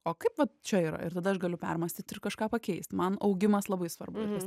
o kaip čia yra ir tada aš galiu permąstyt ir kažką pakeist man augimas labai svarbu